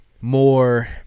more